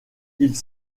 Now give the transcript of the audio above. ils